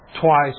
twice